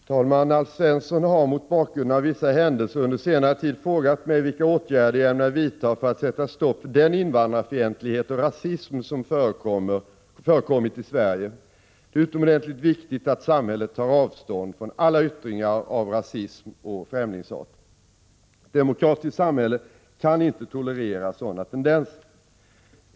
Herr talman! Alf Svensson har — mot bakgrund av vissa händelser under ” senare tid — frågat mig vilka åtgärder jag ämnar vidta för att sätta stopp för den invandrarfientlighet och rasism som förekommit i Sverige. Det är utomordentligt viktigt att samhället tar avstånd från alla yttringar av rasism och främlingshat. Ett demokratiskt samhälle kan inte tolerera sådana tendenser.